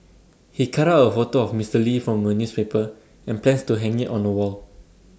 he cut out A photo of Mister lee from A newspaper and plans to hang IT on the wall